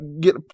get